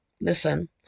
Listen